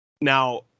Now